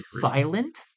violent